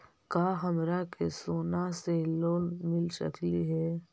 का हमरा के सोना से लोन मिल सकली हे?